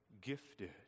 gifted